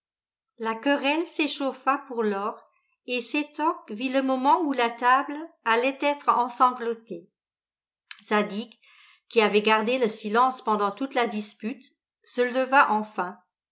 la querelle s'échauffa pour lors et sétoc vit le moment où la table allait être ensanglantée zadig qui avait gardé le silence pendant toute la dispute se leva enfin